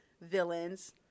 villains